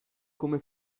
come